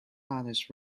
harness